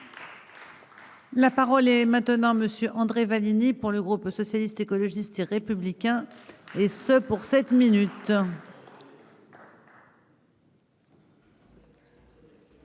La parole est maintenant Monsieur André Vallini pour le groupe socialiste, écologiste et républicain, et ce pour 7 minutes.